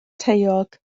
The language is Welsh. taeog